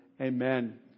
Amen